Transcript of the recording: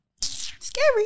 Scary